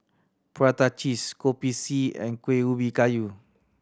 prata cheese Kopi C and Kueh Ubi Kayu